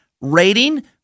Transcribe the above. rating